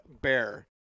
Bear